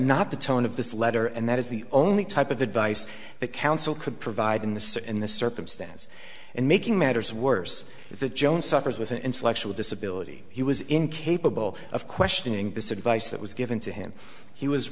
not the tone of this letter and that is the only type of advice that counsel could provide in the search in this circumstance and making matters worse is the jones suffers with an intellectual disability he was incapable of questioning this advice that was given to him he was